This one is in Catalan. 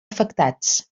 afectats